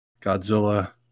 Godzilla